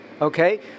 okay